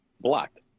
Blocked